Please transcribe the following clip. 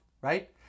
right